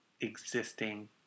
existing